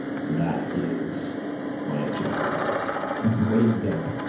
so that is my answer for the brain dump,